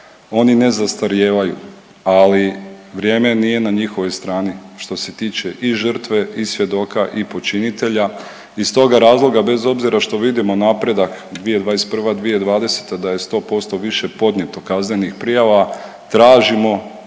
oni ne zastarijevaju, ali vrijeme nije na njihovoj strani što se tiče i žrtve i svjedoka i počinitelja. Iz toga razloga bez obzira što vidimo napredak 2021..2020. da je 100% više podnijeto kaznenih prijava, tražimo